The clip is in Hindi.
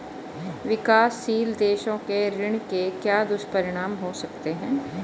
विकासशील देशों के ऋण के क्या दुष्परिणाम हो सकते हैं?